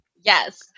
Yes